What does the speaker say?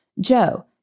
Joe